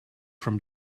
from